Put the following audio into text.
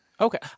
Okay